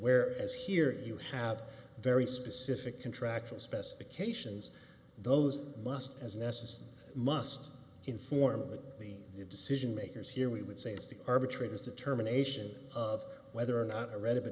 where as here you have very specific contractual specifications those must as necessary must inform the decision makers here we would say it's the arbitrator's determination of whether or not a read